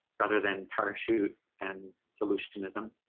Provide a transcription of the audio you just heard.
rather than parachute and solutionism.